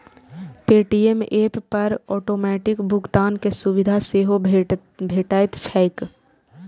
Paytm app पर automatic भुगतान के सुविधा सेहो भेटैत छैक